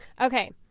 okay